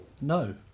No